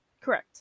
Correct